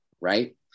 right